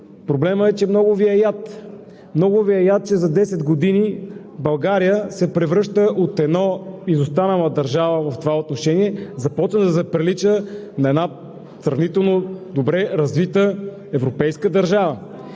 проблемът е, че много Ви е яд, че за 10 години България от една изостанала държава в това отношение започва да прилича на една сравнително добре развита европейска държава.